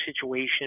situation